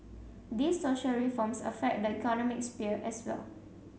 these social reforms affect the economic sphere as well